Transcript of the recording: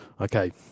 okay